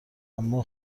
اما